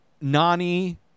Nani